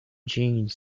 jeans